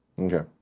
Okay